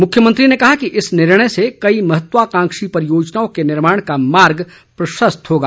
मुख्यमंत्री ने कहा कि इस निर्णय से कई महत्वाकांक्षी परियोजनाओं के निर्माण का मार्ग प्रशस्त होगा